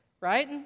right